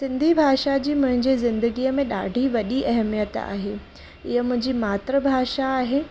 सिंधी भाषा जी मुंहिंजी ज़िंदगीअ में ॾाढी वॾी अहिमियत आहे हीअ मुंहिंजी मातृभाषा आहे